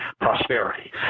prosperity